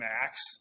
max